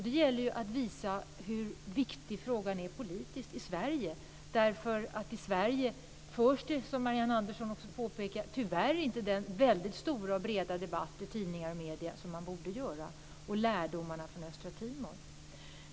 Det gäller att visa hur viktig frågan är politiskt i Sverige, därför att i Sverige förs tyvärr inte, som Marianne Andersson också påpekade, den stora och breda debatt i tidningar och andra medier som man borde göra om lärdomarna från Östtimor.